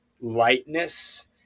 lightness